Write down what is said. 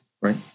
right